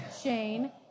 Shane